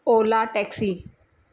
ola taxi